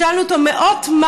שאלנו אותו: מאות,